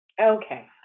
Okay